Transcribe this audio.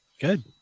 Good